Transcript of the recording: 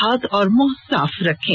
हाथ और मुंह साफ रखें